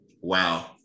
Wow